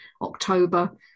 October